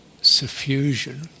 suffusion